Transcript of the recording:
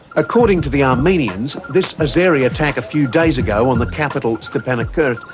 according to the armenians, this azeri attack a few days ago on the capital, stepanakert,